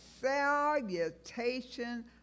salutation